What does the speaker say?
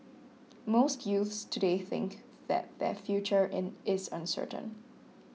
most youths today think that their future in is uncertain